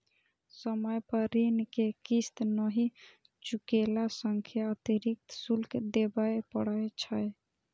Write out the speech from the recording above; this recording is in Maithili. समय पर ऋण के किस्त नहि चुकेला सं अतिरिक्त शुल्क देबय पड़ै छै